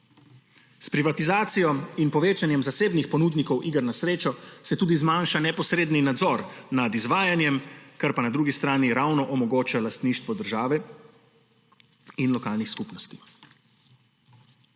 S privatizacijo in s povečanjem zasebnih ponudnikov iger na srečo se tudi zmanjša neposredni nadzor nad izvajanjem, kar pa na drugi strani ravno omogoča lastništvo države in lokalnih skupnosti.